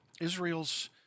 Israel's